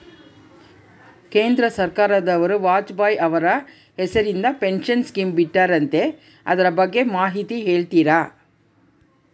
ಕೇಂದ್ರ ಸರ್ಕಾರದವರು ವಾಜಪೇಯಿ ಅವರ ಹೆಸರಿಂದ ಪೆನ್ಶನ್ ಸ್ಕೇಮ್ ಬಿಟ್ಟಾರಂತೆ ಅದರ ಬಗ್ಗೆ ಮಾಹಿತಿ ಹೇಳ್ತೇರಾ?